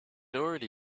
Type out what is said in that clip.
already